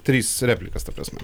trys replikas ta prasme